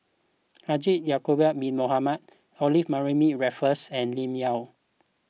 Haji Ya'Acob Bin Mohamed Olivia Mariamne Raffles and Lim Yau